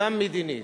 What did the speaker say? גם מדינית.